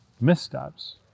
missteps